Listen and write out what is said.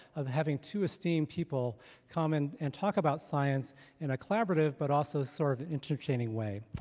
of having two esteemed people come and and talk about science in a collaborative but also sort of entertaining way.